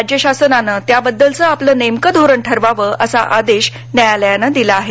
राज्य शासनाने त्याबद्दलच आपलं नेमकं धोरण ठरवावं असा आदेश न्यायालयाने दिला आहे